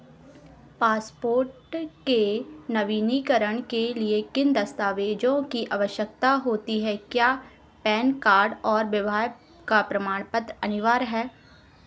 passport के नवीनीकरण के लिए किन दस्तावेज़ों की आवश्यकता होती है क्या पैन कार्ड और विवाह का प्रमाण पत्र अनिवार्य है